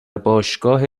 باشگاه